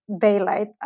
daylight